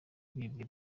bibwe